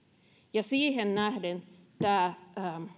ja siihen nähden tämä